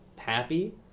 Happy